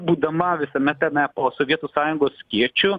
būdama visame tame po sovietų sąjungos skėčiu